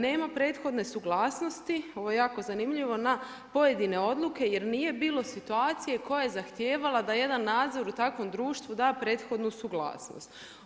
Nema prethodne suglasnosti, ovo je jako zanimljivo na pojedine odluke jer nije bilo situacije koja je zahtijevala da jedan nadzor u takvom društvu da prethodnu suglasnost.